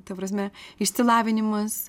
ta prasme išsilavinimas